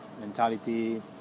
mentality